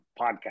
podcast